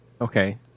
Okay